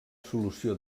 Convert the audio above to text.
solució